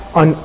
on